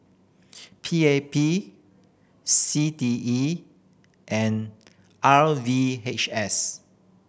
P A P C T E and R V H S